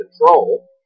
control